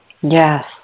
Yes